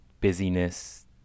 busyness